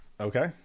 okay